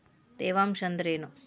ತೇವಾಂಶ ಅಂದ್ರೇನು?